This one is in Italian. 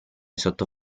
sotto